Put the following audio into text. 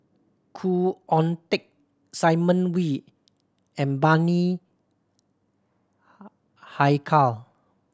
Khoo Oon Teik Simon Wee and Bani Haykal